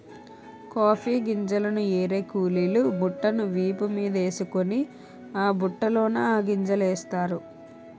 coffee గింజల్ని ఏరే కూలీలు బుట్టను వీపు మీదేసుకొని ఆ బుట్టలోన ఆ గింజలనేస్తారు